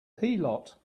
heelot